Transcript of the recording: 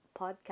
podcast